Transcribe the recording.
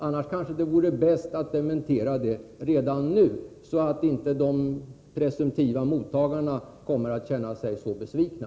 Om inte, kanske det vore bäst att dementera det redan nu, så att inte de presumtiva mottagarna kommer att känna sig alltför besvikna.